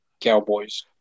Cowboys